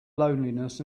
loneliness